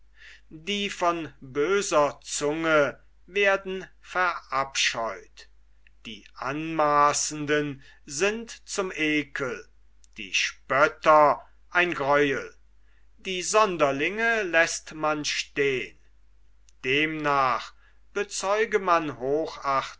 die von böser zunge werden verabscheut die anmaaßenden sind zum ekel die spötter ein gräuel die sonderlinge läßt man stehn demnach bezeuge man hochachtung